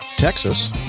Texas